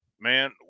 Man